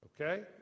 okay